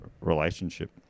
relationship